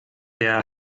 der